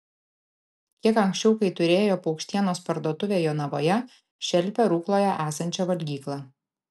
kiek anksčiau kai turėjo paukštienos parduotuvę jonavoje šelpė rukloje esančią valgyklą